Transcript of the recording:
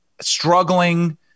struggling